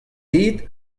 bet